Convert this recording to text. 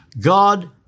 God